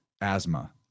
asthma